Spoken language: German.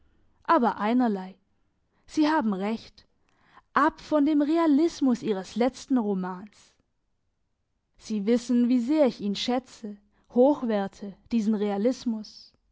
aber einerlei sie haben recht ab von dem realismus ihres letzten romans sie wissen wie sehr ich ihn schätze hochwerte diesen realismus